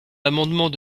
l’amendement